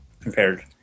compared